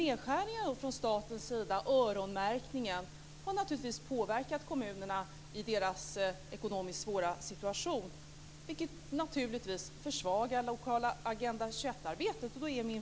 Nedskärningarna och öronmärkningen från statens sida har naturligtvis påverkat kommunerna i deras ekonomiskt svåra situation, vilket försvagar det lokala Agenda 21-arbetet.